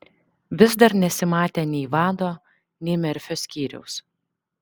vis dar nesimatė nei vado nei merfio skyriaus